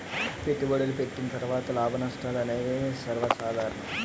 పెట్టుబడులు పెట్టిన తర్వాత లాభనష్టాలు అనేవి సర్వసాధారణం